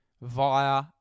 via